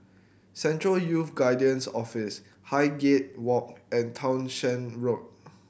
Central Youth Guidance Office Highgate Walk and Townshend Road